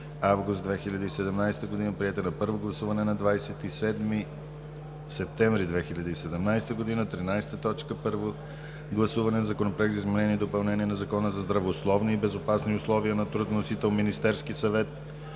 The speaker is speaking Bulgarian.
август 2017 г. Приет е на първо гласуване на 27 септември 2017 г. 13. Първо гласуване на Законопроект за изменение и допълнение на Закона за здравословни и безопасни условия на труд. Вносител – Министерският съвет,